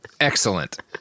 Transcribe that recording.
Excellent